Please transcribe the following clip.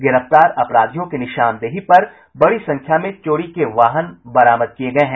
गिरफ्तार अपराधियों की निशानदेही पर बड़ी संख्या में चोरी के वाहन बरामद किये गये हैं